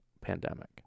pandemic